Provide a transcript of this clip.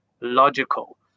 logical